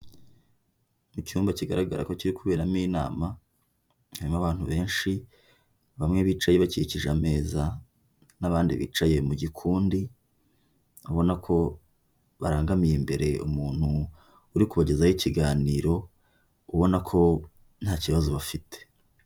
Mu cyumba kigaragara ko kiri kuberamo inama, harimo abantu benshi, bamwe bicaye bakikije ameza n'abandi bicaye mu gikundi ubona ko barangamiye imbere umuntu uri kubagezaho ikiganiro ubona ko nta kibazo bafite.